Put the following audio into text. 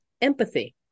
empathy